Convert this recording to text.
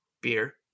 beer